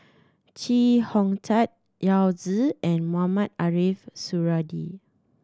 Chee Hong Tat Yao Zi and Mohamed Ariff Suradi